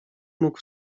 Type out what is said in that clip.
mógł